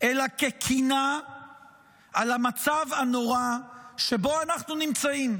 אלא כקינה על המצב הנורא שבו אנחנו נמצאים.